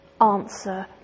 answer